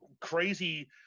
crazy